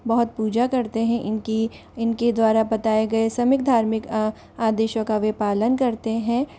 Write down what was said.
बहुत पूजा करते हैं इनकी इनके द्वारा बताए गए सभी धार्मिक आदेशों का वे पालन करते हैं